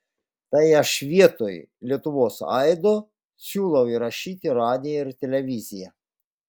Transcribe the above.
tai aš vietoj lietuvos aido siūlau įrašyti radiją ir televiziją